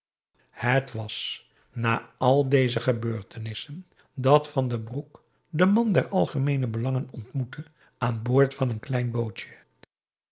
het was na al deze gebeurtenissen dat van den broek den man der algemeene belangen ontmoette aan boord van het kleine bootje